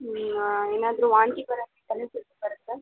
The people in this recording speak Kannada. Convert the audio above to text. ಹ್ಞೂ ಏನಾದ್ರೂ ವಾಂತಿ ಬರೋ ತಲೆ ಸುತ್ತು ಬರುತ್ತಾ